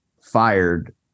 fired